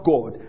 God